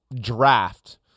draft